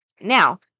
Now